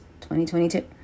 2022